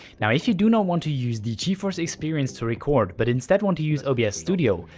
now if you do not want to use the geforce experience to record but instead want to use obs studio,